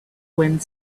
wind